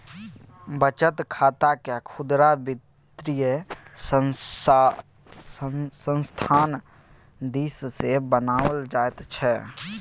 बचत खातकेँ खुदरा वित्तीय संस्थान दिससँ बनाओल जाइत छै